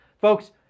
Folks